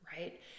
right